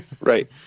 Right